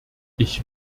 ich